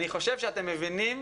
אני חושב שאתם מבינים